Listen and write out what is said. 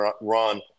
run